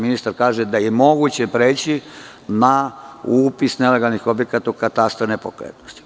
Ministar kaže da je moguće da pređu, mislim na upis nelegalnih objekata katastra nepokretnosti.